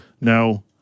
Now